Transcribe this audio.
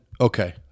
okay